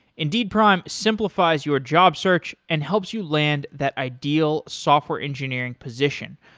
indeed prime simplifies your job search and helps you land that ideal software engineering position.